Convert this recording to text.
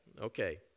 Okay